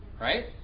right